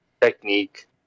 technique